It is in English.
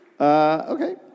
Okay